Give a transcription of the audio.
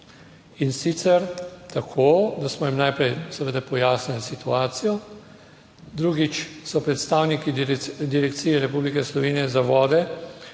in sicer tako, da smo jim najprej seveda pojasnili situacijo. Drugič so predstavniki Direkcije Republike Slovenije za vode